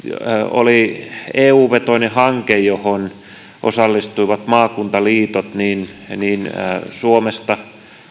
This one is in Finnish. oli eu vetoinen hanke johon osallistuivat maakuntaliitot niin niin suomesta